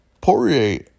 Poirier